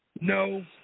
no